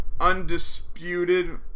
undisputed